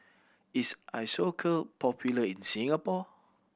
is Isocal popular in Singapore